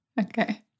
Okay